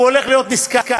והוא הולך להיות נזקק.